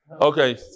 Okay